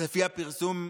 לפי הפרסום,